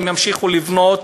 הם ימשיכו לבנות,